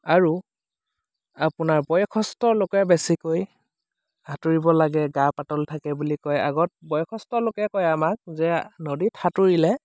আৰু আপোনাৰ বয়সস্থ লোকে বেছিকৈ সাঁতুৰিব লাগে গা পাতল থাকে বুলি কয় আগত বয়সস্থ লোকে কয় আমাক যে নদীত সাঁতুৰিলে